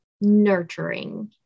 nurturing